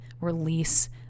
release